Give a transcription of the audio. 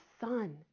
Son